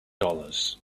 dollars